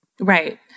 right